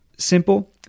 simple